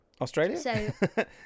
Australia